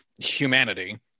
humanity